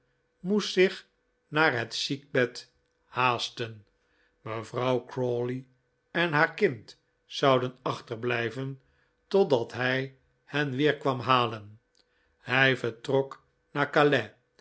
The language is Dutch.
moest zich naar het ziekbed haasten mevrouw crawley en haar kind zouden achterblijven totdat hij hen weer kwam halen hij vertrok naar calais